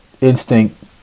instinct